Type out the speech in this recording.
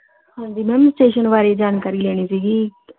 ਹਾਂਜੀ ma'am station ਬਾਰੇ ਹੀ ਜਾਣਕਾਰੀ ਲੈਣੀ ਸੀ